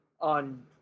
on